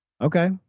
Okay